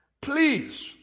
Please